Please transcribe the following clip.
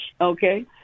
Okay